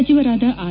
ಸಚಿವರಾದ ಆರ್